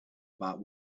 about